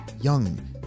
young